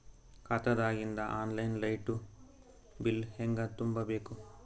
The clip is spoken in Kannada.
ಖಾತಾದಾಗಿಂದ ಆನ್ ಲೈನ್ ಲೈಟ್ ಬಿಲ್ ಹೇಂಗ ತುಂಬಾ ಬೇಕು?